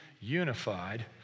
unified